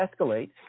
escalate